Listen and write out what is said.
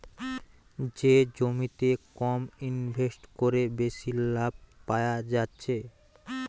যে জমিতে কম ইনভেস্ট কোরে বেশি লাভ পায়া যাচ্ছে